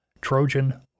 Trojan